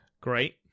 Great